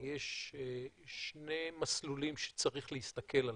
יש שני מסלולים שצריך להסתכל עליהם.